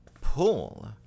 pull